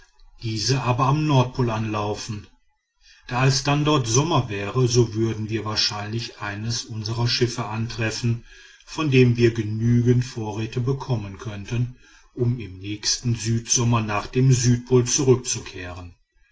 diese aber am nordpol anlaufen da alsdann dort sommer wäre so würden wir wahrscheinlich eins unsrer schiffe antreffen von dem wir genügende vorräte bekommen könnten um im nächsten südsommer nach dem südpol zurückzukehren